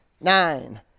nine